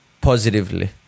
positively